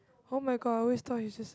[oh]-my-god I always thought he's just